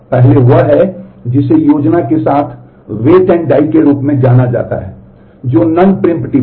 पहले वह है जिसे योजना के साथ वेट एंड डाई है